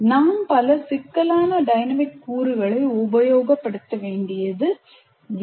நாம் பல சிக்கலான டைனமிக் கூறுகளை உபயோகப்படுத்த வேண்டியது இல்லை